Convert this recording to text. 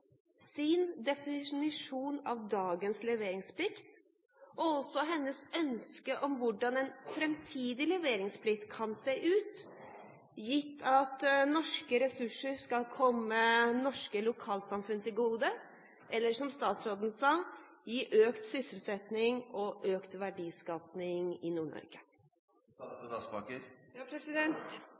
sin definisjon av dagens leveringsplikt og også sitt ønske om hvordan en framtidig leveringsplikt kan se ut, gitt at norske ressurser skal komme norske lokalsamfunn til gode, og, som hun har sagt, gi økt sysselsetting og økt verdiskaping i